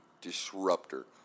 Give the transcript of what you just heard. disruptor